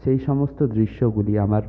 সেই সমস্ত দৃশ্যগুলি আমার